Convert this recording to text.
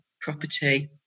property